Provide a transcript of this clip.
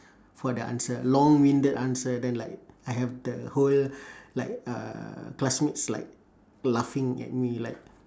for the answer long winded answer then like I have the whole like uh classmates like laughing at me like